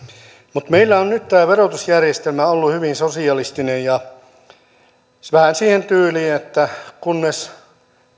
meillä on nyt tämä verotusjärjestelmä ollut hyvin sosialistinen vähän siihen tyyliin että kunnes